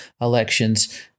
elections